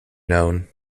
known